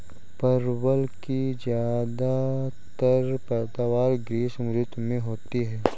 परवल की ज्यादातर पैदावार ग्रीष्म ऋतु में होती है